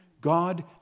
God